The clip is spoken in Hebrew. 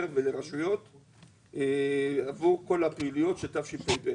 ולרשויות עבור כל הפעילויות של תשפ"ב.